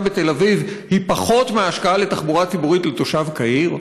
בתל-אביב פחותה מההשקעה בתחבורה ציבורית לתושב קהיר?